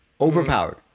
overpowered